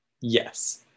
yes